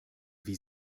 wie